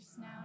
now